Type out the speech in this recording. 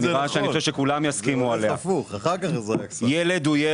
בכך שילד הוא ילד,